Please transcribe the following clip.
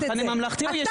אתה,